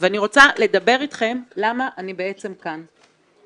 אני רוצה לדבר איתכם למה אני בעצם כאן.